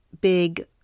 big